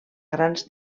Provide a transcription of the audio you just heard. grans